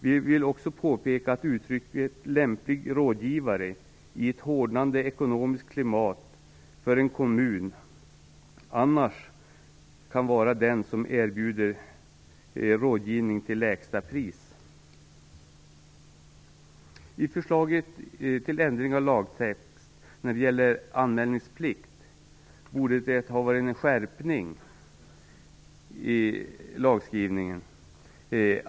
Vi vill också påpeka att uttrycket lämplig rådgivare i ett hårdnande ekonomiskt klimat för en kommun annars kan vara den som erbjuder rådgivning till lägsta pris. I förslaget till ändring av lagtexten när det gäller anmälningsplikt borde det ha varit en skärpning i skrivningen.